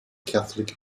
catholic